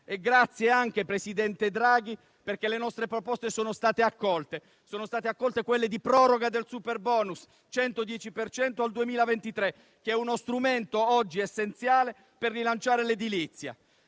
Grazie, presidente Draghi, perché le nostre proposte sono state accolte, come quelle di proroga del superbonus 110 per cento al 2023, che è uno strumento oggi essenziale per rilanciare l'edilizia.